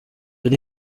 yari